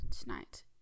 tonight